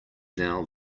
now